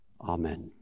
Amen